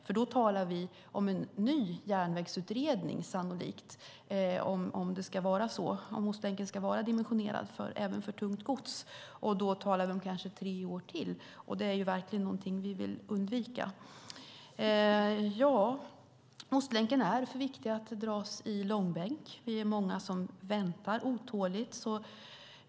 Om Ostlänken ska vara dimensionerad även för tungt gods talar vi sannolikt om en ny järnvägsutredning, och då talar vi kanske om tre år till. Det är verkligen någonting vi vill undvika. Ostlänken är för viktig att dras i långbänk. Vi är många som väntar otåligt.